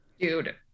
Dude